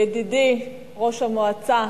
ידידי ראש המועצה